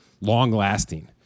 long-lasting